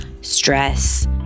Stress